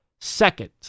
second